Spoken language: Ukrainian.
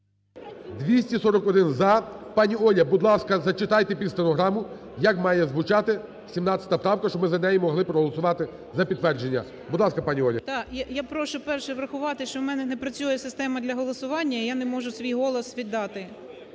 За-241 Пані Оля, будь ласка, зачитайте під стенограму як має звучати 17 правка, щоб ми за неї могли проголосувати за підтвердження. Будь ласка, пані Оля. 11:05:46 БОГОМОЛЕЦЬ О.В. Так. Я прошу, перше, врахувати, що в мене не працює система для голосування. Я не можу свій голос віддати,